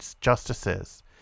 justices